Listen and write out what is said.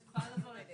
סלע,